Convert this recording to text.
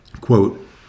Quote